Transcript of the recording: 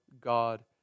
God